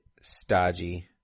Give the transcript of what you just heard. stodgy